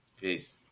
Peace